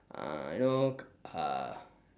uh you know uh